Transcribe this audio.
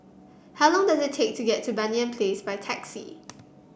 how long does it take to get to Banyan Place by taxi